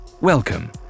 welcome